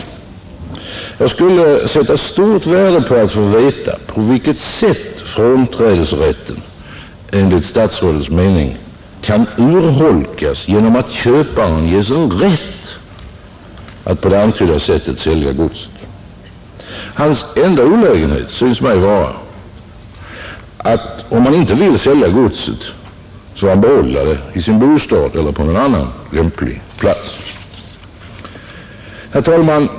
Jag skulle sätta stort värde på att få veta på vilket sätt frånträdesrätten enligt statsrådets mening kan urholkas genom att köparen ges en rätt att på det antydda sättet sälja godset. Hans enda olägenhet syns mig vara att han, om han ej vill sälja godset, får behålla det i sin bostad eller på annan lämplig plats. Herr talman!